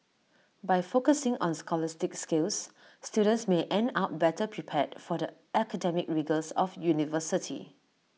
by focusing on scholastic skills students may end up better prepared for the academic rigours of university